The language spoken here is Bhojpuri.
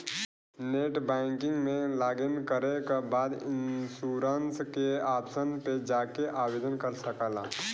नेटबैंकिंग में लॉगिन करे के बाद इन्शुरन्स के ऑप्शन पे जाके आवेदन कर सकला